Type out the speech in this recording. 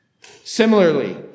Similarly